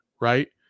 Right